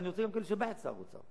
ואני רוצה גם לשבח את שר האוצר,